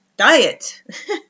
diet